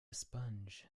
sponge